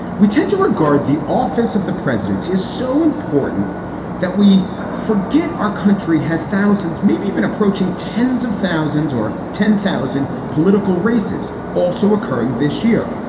we tend to regard the office of the presidency is so important that we forget our country has thousands, maybe even approaching tens of thousands or ten thousand political races also occurring this year.